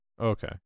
okay